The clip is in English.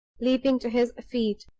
leaping to his feet,